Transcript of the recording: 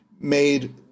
made